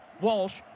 Walsh